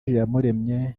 iyamuremye